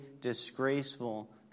disgraceful